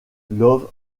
love